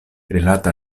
rilate